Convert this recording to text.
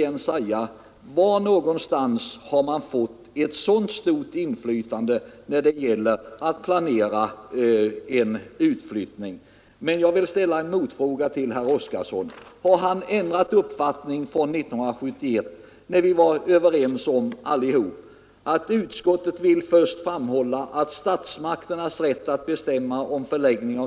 Jag vill åter fråga: Var har man fått ett så stort inflytande när det gäller att planera en utflyttning? Jag vill ställa en motfråga: Har herr Oskarson ändrat uppfattning sedan 1971? Då var vi alla överens om det riktiga i utskottets skrivning när det säger att statsmakternas rätt att bestämma om